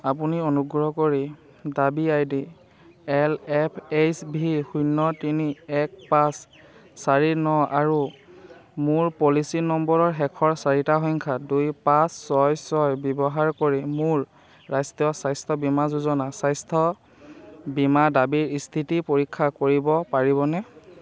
আপুনি অনুগ্ৰহ কৰি দাবী ID L F H V শূন্য তিনি এক পাঁচ চাৰি ন আৰু মোৰ পলিচি নম্বৰৰ শেষৰ চাৰিটা সংখ্যা দুই পাঁচ ছয় ছয় ব্যৱহাৰ কৰি মোৰ ৰাষ্ট্ৰীয় স্বাস্থ্য বীমা যোজনা স্বাস্থ্য বীমা দাবীৰ স্থিতি পৰীক্ষা কৰিব পাৰিবনে